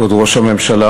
כבוד ראש הממשלה,